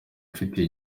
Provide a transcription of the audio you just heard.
ifitiye